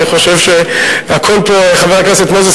חבר הכנסת מוזס,